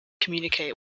communicate